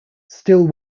still